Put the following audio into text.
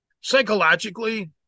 Psychologically